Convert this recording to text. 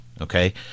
okay